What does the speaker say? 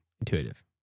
Intuitive